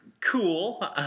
cool